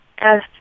Yes